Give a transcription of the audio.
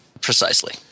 Precisely